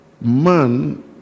man